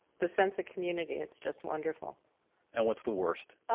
the sense of community. it's just wonderful and what's the worst?